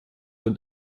von